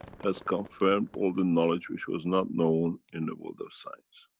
has confirmed all the knowledge which was not known in the world of science.